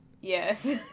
yes